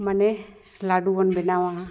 ᱢᱟᱱᱮ ᱞᱟᱹᱰᱩ ᱵᱚᱱ ᱵᱮᱱᱟᱣᱟ